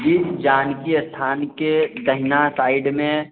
जी जानकी स्थान के दाहिना साइड मे